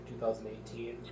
2018